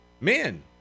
Men